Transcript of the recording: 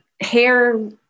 hair